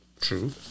True